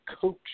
coach